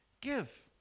give